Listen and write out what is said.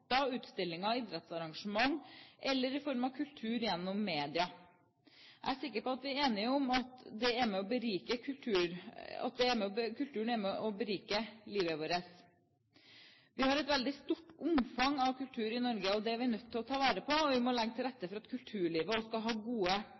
av nordmenn møter kulturen hver dag i forskjellige former, enten det er konserter, utstillinger eller idrettsarrangementer, eller i form av kultur gjennom media. Jeg er sikker på at vi er enige om at kulturen er med på å berike livene våre. Vi har et veldig stort omfang av kultur i Norge, og det er vi nødt til å ta vare på. Vi må legge til